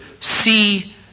see